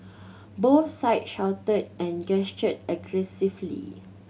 both sides shouted and gestured aggressively